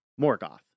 morgoth